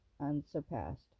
unsurpassed